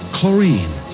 Chlorine